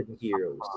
heroes